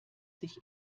sich